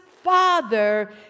Father